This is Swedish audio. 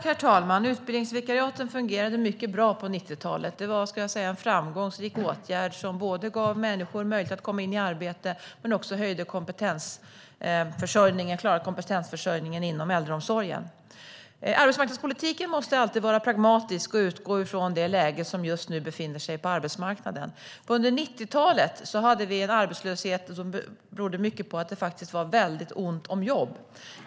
Herr talman! Utbildningsvikariaten fungerade mycket bra på 90-talet. Det var en framgångsrik åtgärd som gav människor möjlighet att komma i arbete men som också gav möjlighet att klara kompetensförsörjningen inom äldreomsorgen. Arbetsmarknadspolitiken måste alltid vara pragmatisk och utgå från det läge som råder på arbetsmarknaden. Under 90-talet hade vi en arbetslöshet som berodde mycket på att det var ont om jobb.